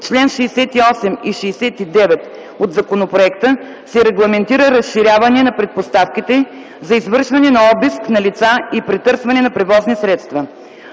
чл. 68 и 69 от законопроекта се регламентира разширяване на предпоставките за извършване на обиск на лица и претърсване на превозни средства.